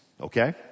Okay